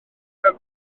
pen